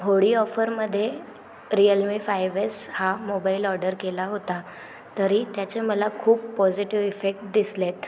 होडी ऑफरमध्ये Realme five S हा मोबाईल ऑर्डर केला होता तरी त्याचे मला खूप पॉजिटिव इफेक्ट दिसलेत